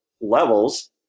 levels